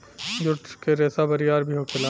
जुट के रेसा बरियार भी होखेला